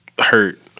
Hurt